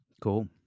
Cool